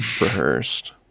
rehearsed